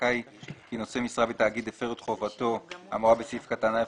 חזקה היא כי נושא משרה בתאגיד הפר את חובתו האמורה בסעיף קטן (א),